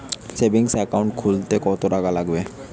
Savings account খুলতে কতটাকা লাগবে?